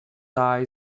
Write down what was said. eye